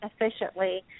efficiently